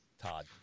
Todd